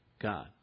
God